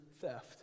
theft